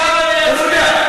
להיזהר מזה.